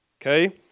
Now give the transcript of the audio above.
okay